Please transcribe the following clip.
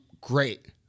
great